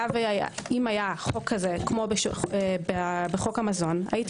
אם היה החוק הזה כמו בחוק המזון הייתי